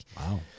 Wow